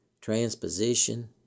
transposition